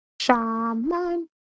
Shaman